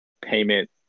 payment